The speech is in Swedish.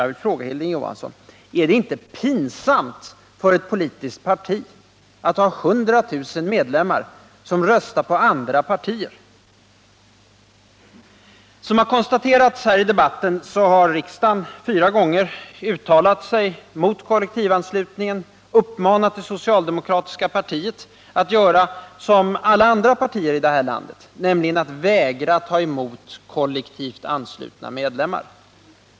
Jag vill fråga Hilding Johansson: Är det inte pinsamt för ett politiskt parti att ha 100 000 medlemmar som röstar på andra partier? Som konstaterats i debatten har riksdagen fyra gånger uttalat sig mot kollektivanslutningen och uppmanat det socialdemokratiska partiet att göra som alla andra partier i det här landet, nämligen vägra att ta emot kollektivt anslutna medlemmar.